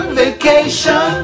vacation